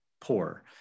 poor